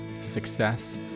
success